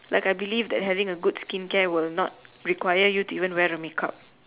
like I believe that having a good skincare will not require you to even wear the make up